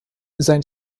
sein